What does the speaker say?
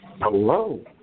Hello